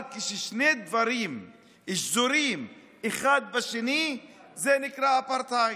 אבל כששני הדברים שזורים אחד בשני זה נקרא אפרטהייד,